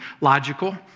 Logical